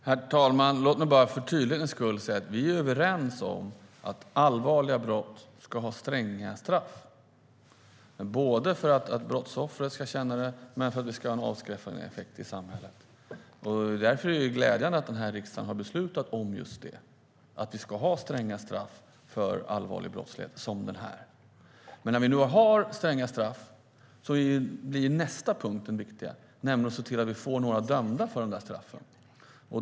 Herr talman! Låt mig för tydlighetens skull säga att vi är överens om att allvarliga brott ska ge stränga straff, både för brottsoffrets skull och för att det ska ha en avskräckande effekt i samhället. Därför är det glädjande att riksdagen har beslutat att vi ska ha stränga straff för allvarlig brottslighet som den här. När vi nu har stränga straff blir nästa punkt den viktiga, nämligen att se till att vi får några dömda för de där brotten.